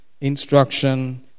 instruction